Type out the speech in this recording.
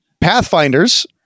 Pathfinders